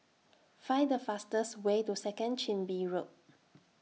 Find The fastest Way to Second Chin Bee Road